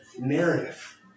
Narrative